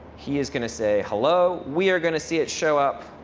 he is going to say, hello. we are going to see it show up